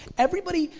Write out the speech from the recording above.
everybody,